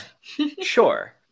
sure